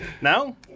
Now